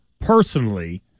personally